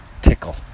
tickle